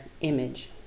image